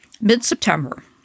Mid-September